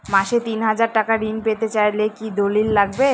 মাসে তিন হাজার টাকা ঋণ পেতে চাইলে কি দলিল লাগবে?